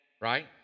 right